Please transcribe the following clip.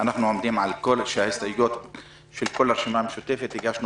אנחנו עומדים על כך שההסתייגויות של כל הרשימה המשותפת הגשנו